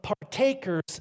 partakers